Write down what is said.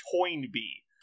Toynbee